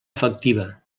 efectiva